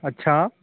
अच्छा